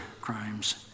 crimes